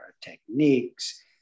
techniques